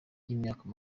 y’imyaka